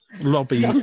lobby